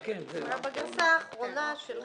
בגרסה האחרונה שלך.